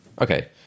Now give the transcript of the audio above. Okay